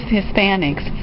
Hispanics